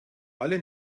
alle